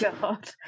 God